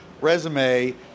resume